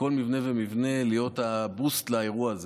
בכל מבנה ומבנה להיות ה-boost לאירוע הזה.